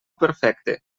perfecte